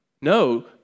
No